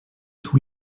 tous